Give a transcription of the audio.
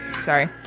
Sorry